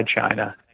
China